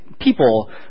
people